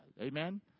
Amen